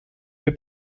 wir